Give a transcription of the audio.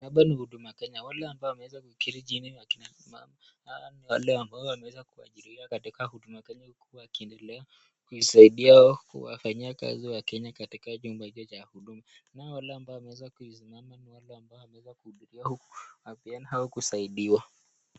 Hapa ni huduma Kenya. Wale ambao wameweza kuketi chini, akina mama hawa ni wale ambao wameweza kuajiriwa katika huduma Kenya, huku wakiendelea kusaidia kuwafanyia kazi wakenya katika chumba hicho cha huduma. Wamama wale ambao wameweza kusimama ni wale ambao wameweza kuhudhuria huduma Kenya au kusaidiwa.